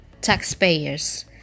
taxpayers